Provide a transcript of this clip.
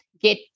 get